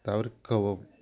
தவிர்க்கவும்